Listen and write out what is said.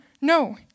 No